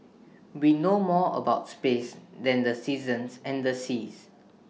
we know more about space than the seasons and the seas